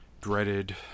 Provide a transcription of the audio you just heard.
dreaded